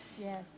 Yes